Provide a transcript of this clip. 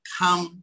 come